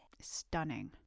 Stunning